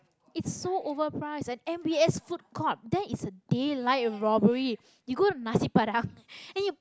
it's so overpriced and m_b_s food court that is a daylight robbery you go to nasi-padang and you